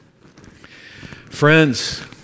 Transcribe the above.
Friends